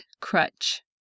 Crutch